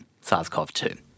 SARS-CoV-2